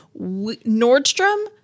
Nordstrom